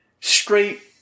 straight